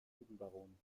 lügenbaron